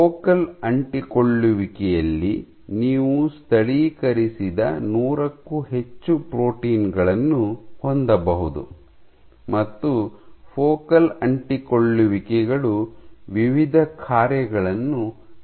focal ಅಂಟಿಕೊಳ್ಳುವಿಕೆಯಲ್ಲಿ ನೀವು ಸ್ಥಳೀಕರಿಸಿದ ನೂರಕ್ಕೂ ಹೆಚ್ಚು ಪ್ರೋಟೀನ್ ಗಳನ್ನು ಹೊಂದಬಹುದು ಮತ್ತು ಫೋಕಲ್ ಅಂಟಿಕೊಳ್ಳುವಿಕೆಗಳು ವಿವಿಧ ಕಾರ್ಯಗಳನ್ನು ನಿರ್ವಹಿಸುತ್ತವೆ